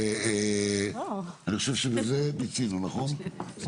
אני חושב שבזה מיצינו, נכון?